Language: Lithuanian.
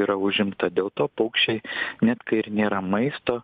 yra užimta dėl to paukščiai net kai ir nėra maisto